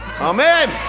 Amen